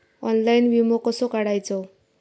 Online विमो कसो काढायचो?